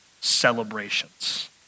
celebrations